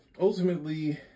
ultimately